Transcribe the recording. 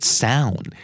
sound